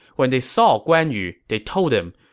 when they saw guan yu, they told him,